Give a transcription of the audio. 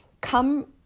come